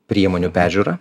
priemonių peržiūra